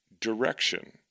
direction